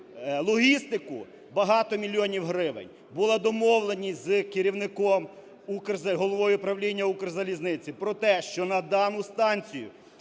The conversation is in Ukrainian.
логістику багато мільйонів гривень. Ббула домовленість з керівником, головою правління "Укрзалізниці" про те, що на дану станцію